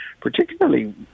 Particularly